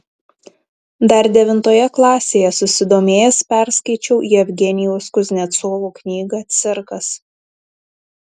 dar devintoje klasėje susidomėjęs perskaičiau jevgenijaus kuznecovo knygą cirkas